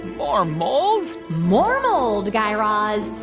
more mold? more mold, guy raz.